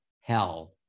hell